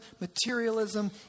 materialism